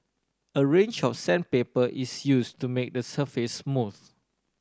a range of sandpaper is used to make the surface smooth